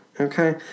Okay